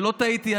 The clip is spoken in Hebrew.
לא טעיתי,